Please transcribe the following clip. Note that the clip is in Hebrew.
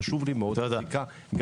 חשוב לי מאוד גם לדעת,